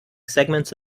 segments